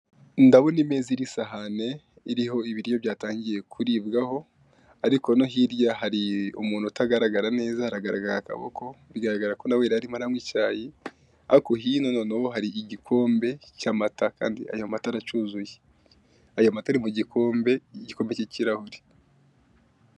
Ndabona imeza n'isahane iriho ibiryo byatangiye kuribwaho ariko no hirya hari umuntu utagaragara neza aragaragara akaboko bigaragara ko nawe yararimo aranywa icyayi ariko hino noneho hari igikombe cy'amata kandi ayo mata aracyuzuye, ayo mata ari mu gikombe, igikombe k'ikirahure.